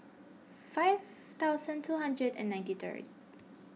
five thousand two hundred and ninety third